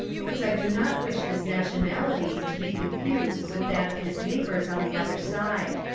because i do not wish his nationality to be confused with that of his neighbours on the other side.